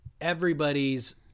everybody's